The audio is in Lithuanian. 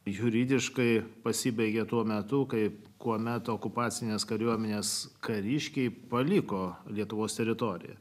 juridiškai pasibaigė tuo metu kai kuomet okupacinės kariuomenės kariškiai paliko lietuvos teritoriją